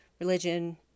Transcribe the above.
religion